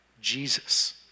Jesus